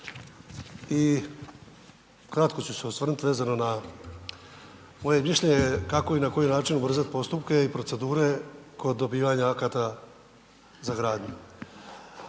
i kratko ću se osvrnut vezano na moje mišljenje kako i na koji način ubrzat postupke i procedure kod dobivanja akata za gradnju.